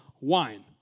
wine